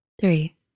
Three